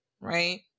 right